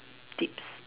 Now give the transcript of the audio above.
tips